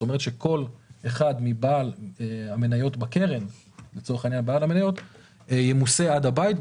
מה שאומר שכל אחד מבעלי המניות בקרן ימוסה עד הבית.